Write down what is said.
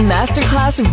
Masterclass